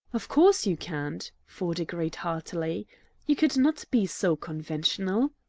of course you can't, ford agreed heartily you could not be so conventional.